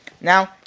Now